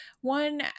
One